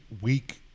week